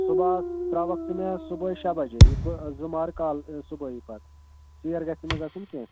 صُبحس ترٛاوَکھ ژٕ مےٚ صُبحٲے شےٚ بَجے یُتھ بہٕ زٕ مارٕ کالہٕ صُبحٲیی پَتہٕ ژیر گژھِ نہٕ مےٚ گژھُن کیٚنٛہہ